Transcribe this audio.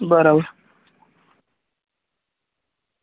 બરાબર